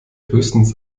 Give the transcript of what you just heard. höchstens